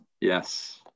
Yes